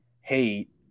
hate